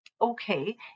okay